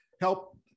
help